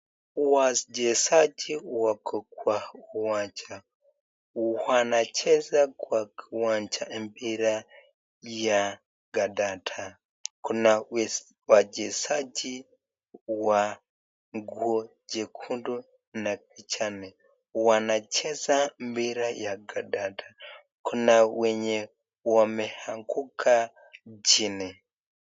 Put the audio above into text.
Wachezaji wako kwa uwanja, wanacheza kwa kiwanja mpira ya kandanda, kuna wachezaji wa nguo jekundu na kijani. Wanacheza mpira ya kandanda, kuna wenye wameanguka chini.